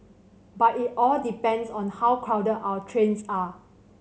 but it all depends on how crowded our trains are